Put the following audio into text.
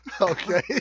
Okay